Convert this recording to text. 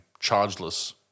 chargeless